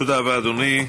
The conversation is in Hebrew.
תודה רבה, אדוני.